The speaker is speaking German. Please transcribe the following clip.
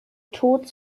tod